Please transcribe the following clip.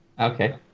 Okay